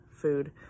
food